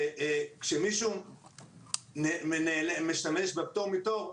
כאשר מישהו משתמש בפטור מתור,